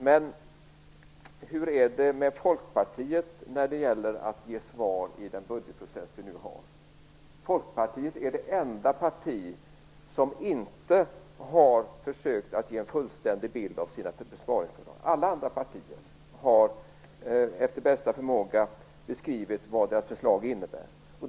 Men hur är det med Folkpartiet när det gäller att ge svar i den här budgetprocessen? Folkpartiet är det enda parti som inte har försökt ge en fullständig bild av sina besparingsförslag. Alla andra partier har efter bästa förmåga beskrivit vad deras förslag innebär.